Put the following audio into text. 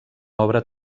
obra